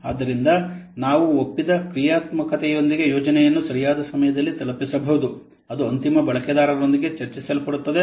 ಆದ್ದರಿಂದ ನಾವು ಒಪ್ಪಿದ ಕ್ರಿಯಾತ್ಮಕತೆಯೊಂದಿಗೆ ಯೋಜನೆಯನ್ನು ಸರಿಯಾದ ಸಮಯದಲ್ಲಿ ತಲುಪಿಸಬಹುದು ಅದು ಅಂತಿಮ ಬಳಕೆದಾರರೊಂದಿಗೆ ಚರ್ಚಿಸಲ್ಪಟ್ಟಿರುತ್ತದೆ